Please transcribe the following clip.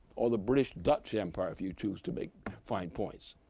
or the british-dutch empire if you choose to make fine points.